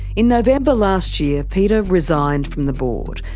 in november last year peter resigned from the board,